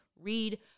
read